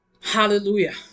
hallelujah